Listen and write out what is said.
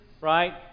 right